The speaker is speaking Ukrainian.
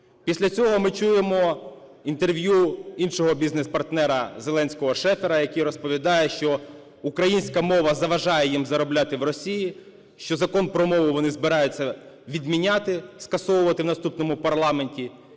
Після цього ми чуємо інтерв'ю іншого бізнес-партнера Зеленського Шефіра, який розповідає, що українська мова заважає їм заробляти в Росії, що Закон про мову вони збираються відміняти, скасовувати в наступному парламенті,